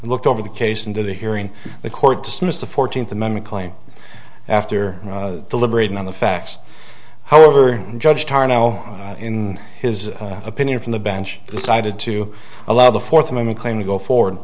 looked over the case and to the hearing the court dismissed the fourteenth amendment claim after deliberating on the facts however the judge who are now in his opinion from the bench decided to allow the fourth amendment claim to go forward